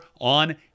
on